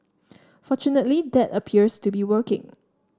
fortunately that appears to be working